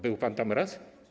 Był pan tam z raz?